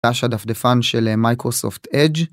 הדפדפן של מייקרוסופט אדג'